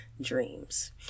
dreams